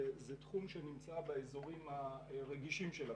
זה תחום שנמצא באזורים הרגישים של הביקורת.